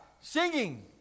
singing